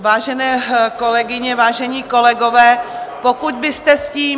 Vážené kolegyně, vážení kolegové, pokud byste s tím...